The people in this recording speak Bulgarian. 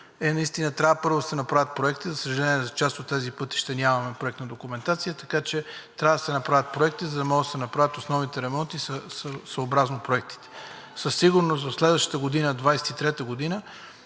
че наистина трябва първо да се направят проекти, за съжаление. За част от тези пътища нямаме проектна документация, така че трябва да се направят проекти, за да може да се направят основните ремонти съобразно проектите. Със сигурност в следващата година – 2023 г.,